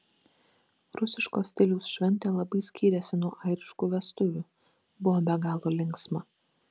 rusiško stiliaus šventė labai skyrėsi nuo airiškų vestuvių buvo be galo linksma